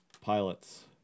Pilots